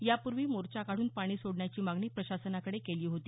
यापूर्वी मोर्चा काढून पाणी सोडण्याची मागणी प्रशासनाकडे केली होती